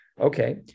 Okay